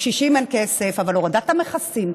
לקשישים אין כסף אבל הורדת המכסים,